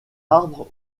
arbre